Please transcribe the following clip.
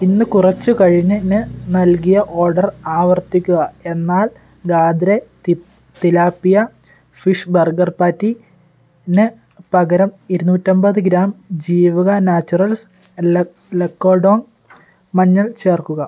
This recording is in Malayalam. ഇന്ന് കുറച്ചു കഴിഞ്ഞ് നൽകിയ ഓർഡർ ആവർത്തിക്കുക എന്നാൽ ഗാദ്രെ തിലാപ്പിയ ഫിഷ് ബർഗർ പാറ്റിന് പകരം ഇരുനൂറ്റമ്പത് ഗ്രാം ജീവിക നാച്ചുറൽസ് ലക് ലകഡോംഗ് മഞ്ഞൾ ചേർക്കുക